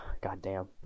Goddamn